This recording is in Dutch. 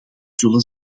zullen